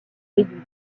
réduits